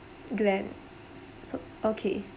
great so okay